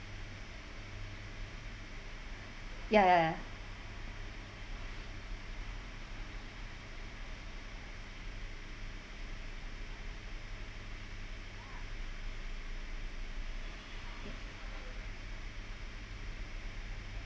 ya ya ya